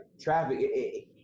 traffic